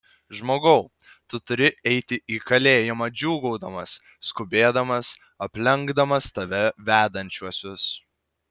žmogau tu turi eiti į kalėjimą džiūgaudamas skubėdamas aplenkdamas tave vedančiuosius